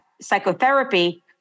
psychotherapy